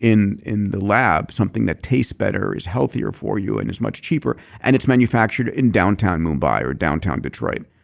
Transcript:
in in the lab something that tastes better, is healthier for you and is much cheaper and it's manufactured in downtown mumbai or downtown detroit